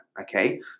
okay